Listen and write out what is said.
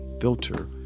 filter